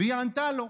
והיא ענתה לו.